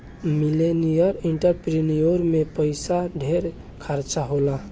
millennial entrepreneur में पइसा ढेर खर्चा होला